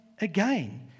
again